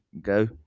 go